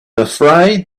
afraid